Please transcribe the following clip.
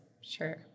Sure